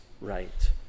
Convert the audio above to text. right